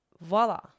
voila